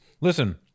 listen